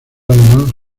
alemán